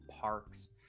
parks